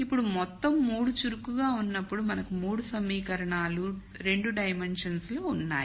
ఇప్పుడు మొత్తం 3 చురుకుగా ఉన్నప్పుడు మనకు 3 సమీకరణాలు 2 డైమన్షన్స్ లో ఉన్నాయి